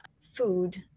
food